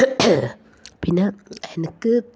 പിന്നെ എനിക്ക്